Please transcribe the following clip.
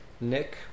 Nick